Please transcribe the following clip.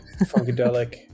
funkadelic